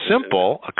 simple